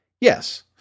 Yes